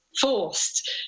forced